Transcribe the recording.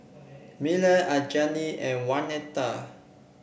Miller Anjali and Waneta